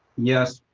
yes.